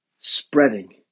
spreading